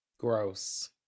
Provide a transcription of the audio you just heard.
Gross